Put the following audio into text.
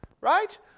Right